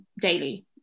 daily